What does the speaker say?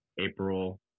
April